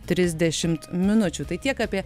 trisdešimt minučių tai tiek apie